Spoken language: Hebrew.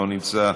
לא נמצא,